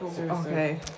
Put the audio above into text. Okay